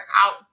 out